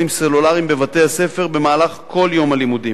סלולריים בבתי-הספר במהלך כל יום הלימודים.